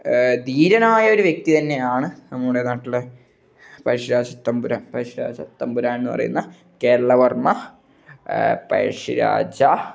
ധീരനായ ഒരു വ്യക്തി തന്നെയാണ് നമ്മുടെ നാട്ടിലെ പഴശ്ശിരാജ തമ്പുരാൻ പഴശ്ശിരാജ തമ്പുരാൻ എന്ന് പറയുന്ന കേരളവർമ്മ പഴശ്ശിരാജ